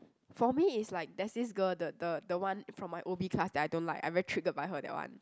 for me it's like there's this girl the the the one from my O_B class that I don't like I'm very triggered by her that one